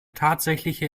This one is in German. tatsächliche